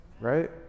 Right